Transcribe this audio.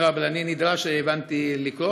לא, אבל הבנתי שאני נדרש לקרוא אותו.